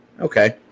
okay